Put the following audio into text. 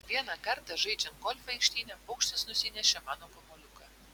vieną kartą žaidžiant golfą aikštyne paukštis nusinešė mano kamuoliuką